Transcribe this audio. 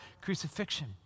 crucifixion